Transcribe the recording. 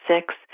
six